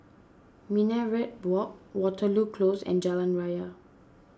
Minaret Walk Waterloo Close and Jalan Raya